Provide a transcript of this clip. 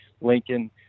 Lincoln